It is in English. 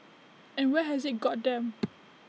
and where has IT got them